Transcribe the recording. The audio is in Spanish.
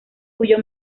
cuyo